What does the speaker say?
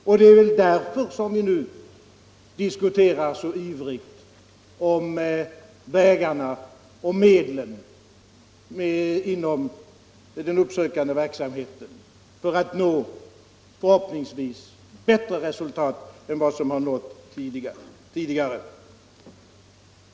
Och det är väl därför som vi nu så ivrigt diskuterar vägarna och medlen för den uppsökande verksamheten för att förhoppningsvis nå bättre resultat än som nåtts tidigare.